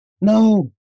No